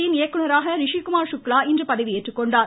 யின் இயக்குநராக ரிஷிகுமார் சுக்லா இன்று பதவியேற்றுக்கொண்டார்